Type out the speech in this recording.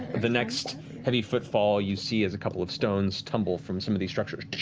the next heavy footfall, you see as a couple of stones tumble from some of these structures,